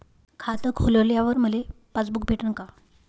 खातं खोलल्यावर मले पासबुक भेटन का?